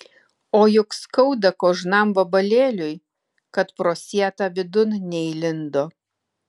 o juk skauda kožnam vabalėliui kad pro sietą vidun neįlindo